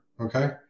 okay